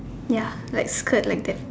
ya like skirt like that